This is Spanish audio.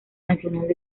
nacional